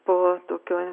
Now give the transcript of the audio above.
po tokio